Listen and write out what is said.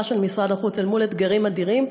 של משרד החוץ אל מול אתגרים אדירים.